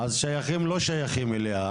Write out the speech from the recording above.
אז שייכים-לא שייכים אליה.